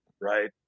right